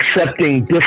accepting